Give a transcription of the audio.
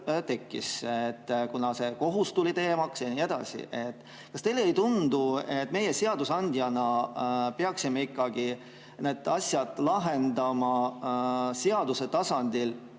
tekkis, kuna tuli teemaks kohus jne. Kas teile ei tundu, et meie seadusandjana peaksime ikkagi need asjad lahendama seaduse tasandil,